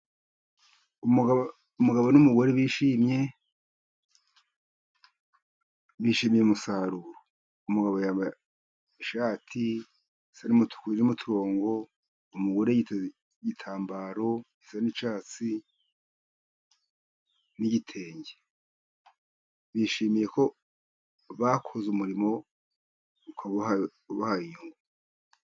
Umugabo n'umugore bishimye, bishimiye umusaruro, umugabo yambaye ishati isa n'umutuku irimo ututongo, umugore yiteze igitambaro gisa n'icyatsi n'igitenge, bishimiye ko bakoze umurimo ukaba ubahaye inyungu.